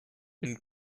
une